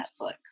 netflix